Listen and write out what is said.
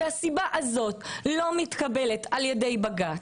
הסיבה הזאת לא מתקבלת על ידי בג"ץ,